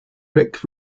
rick